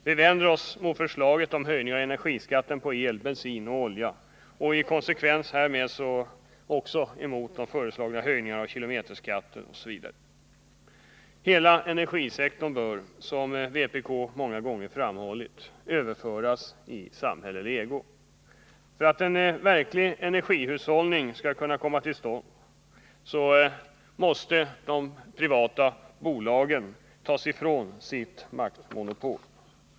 Vi vänder oss mot förslaget om höjning av energiskatten på el, bensin och olja samt i konsekvens härmed mot den föreslagna höjningen av kilometerskatten osv. Hela energisektorn bör, som vpk många gånger framhållit, överföras i samhällelig ägo. För att verklig energihushållning skall kunna komma till stånd måste de privata bolagen fråntas sitt maktmonopol.